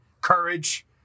courage